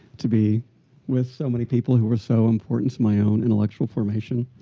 to be with so many people who were so important to my own intellectual formation.